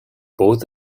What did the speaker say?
both